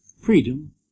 freedom